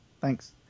Thanks